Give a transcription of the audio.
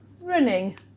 running